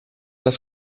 das